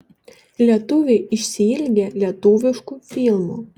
lietuviai išsiilgę lietuviškų filmų